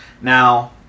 Now